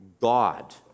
God